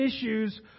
issues